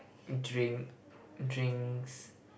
drink drinks